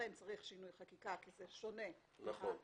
צריך שינוי חקיקה כי זה שונה מהקיים,